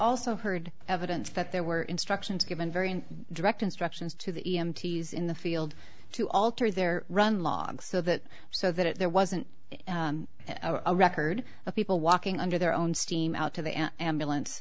also heard evidence that there were instructions given very direct instructions to the e m t use in the field to alter their run log so that so that there wasn't a record of people walking under their own steam out to the